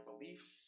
beliefs